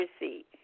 receipt